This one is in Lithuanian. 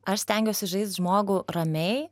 aš stengiuosi žaist žmogų ramiai